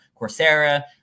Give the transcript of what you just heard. Coursera